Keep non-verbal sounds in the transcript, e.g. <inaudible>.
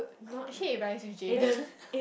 actually it rhymes with Jayden <laughs>